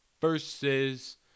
versus